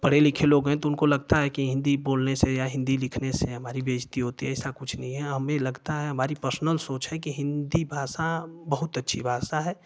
पढ़े लिखे लोग हैं तो उनको लगता है कि हिन्दी बोलने से या हिन्दी लिखने से हमारी बेइज्ज़ती होती है ऐसा कुछ नही है हमें लगता है हमारी पर्सनल सोच है कि हिन्दी भाषा बहुत अच्छी भाषा है और